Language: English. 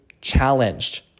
challenged